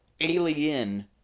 Alien